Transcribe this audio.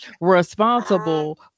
responsible